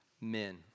men